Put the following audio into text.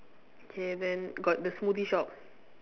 k then got the smoothie shop